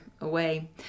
away